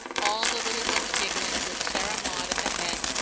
all the little ones giggling, with sarah maud at the head,